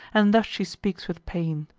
and thus she speaks with pain